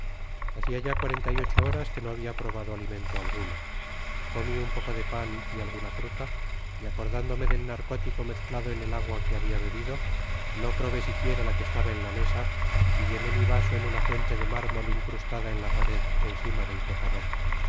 hacia ya cuarenta y ocho horas que no habia probado alimento alguno comi un poco de pan y alguna fruta y acordándome del narcótico mezclado en el agua que habia bebido no probé siquiera la que estaba en la mesa y llené mi vaso en una fuente de mármol incrustada en la pared encima del tocador